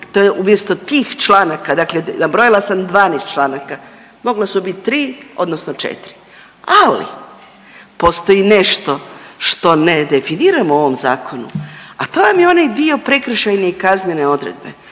To je umjesto tih članaka, dakle nabrojala sam 12 članaka, mogla sa bit 3 odnosno 4, ali postoji nešto što ne definiramo u ovom zakonu, a to vam je onaj dio prekršajne i kaznene odredbe.